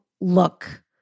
look